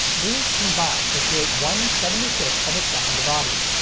these combine to create one seventy fifth of a second of audio,